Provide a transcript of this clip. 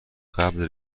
قبل